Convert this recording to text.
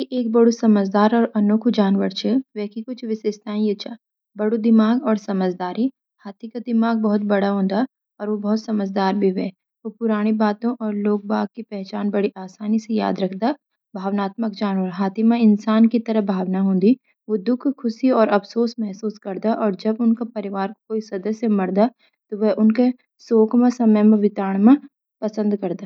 हाथी एक बड्ड समझदार और अनोखी जनावर ह्वे। वे की कुछ खास विशेषताएँ यू छ: बड्डा दिमाग और समझदारी: हाथी का दिमाग बहुत बड्डा ह्वे और वो बहुत समझदार भी ह्वे। वो पुरानी बातें और लोग-बाग की पहचान बरी आसानी से याद राखदां। भावनात्मक जनावर: हाथी में इंसान की तरह भावना ह्वे। वो दुख, खुशी, और अफसोस महसूस करदां, और जब उनके परिवार का कोई सदस्य मरदा, तो वो उनके शोक मा समय बिताण भी पसंद करदां।